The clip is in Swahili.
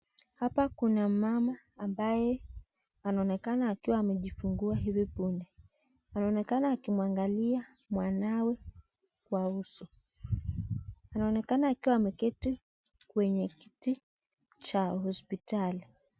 Hapa kuna mama ambaye anaonekana akiwa amejifungua hivi punde. Anaonekana akimwangalia mwanawe kwa uso. Anaonekana akiwa ameketi kwenye kiti cha hospitali.